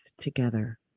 together